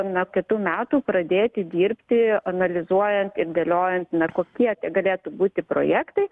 nuo kitų metų pradėti dirbti analizuojant ir dėliojant na kokie tie galėtų būti projektai